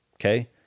okay